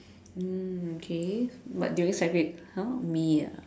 mm okay but during faci~ !huh! me ah